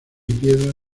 piedra